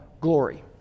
glory